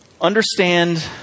Understand